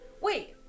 Wait